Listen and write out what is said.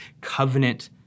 covenant